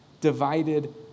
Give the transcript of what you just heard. divided